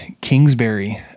kingsbury